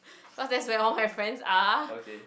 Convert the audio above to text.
cause that's where all my friends are